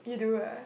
you do ah